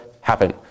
happen